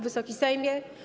Wysoki Sejmie!